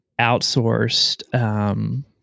outsourced